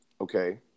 Okay